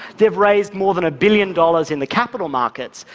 they've raised more than a billion dollars in the capital markets.